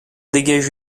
dégage